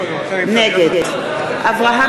נגד אברהם